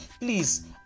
Please